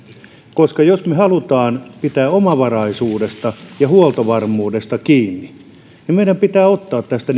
jos me haluamme pitää omavaraisuudesta ja huoltovarmuudesta kiinni niin meidän pitää ottaa tästä